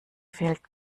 fehlt